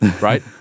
Right